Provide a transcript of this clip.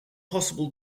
possible